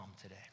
today